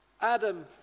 Adam